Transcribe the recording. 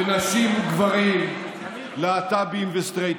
ונשים וגברים, להט"בים וסטרייטים.